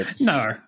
No